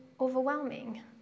overwhelming